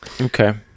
Okay